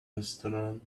restaurant